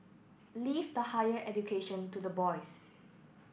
leave the higher education to the boys